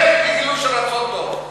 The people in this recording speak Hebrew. זה גילוי של רצון טוב.